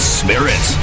spirit